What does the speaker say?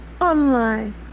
online